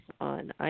on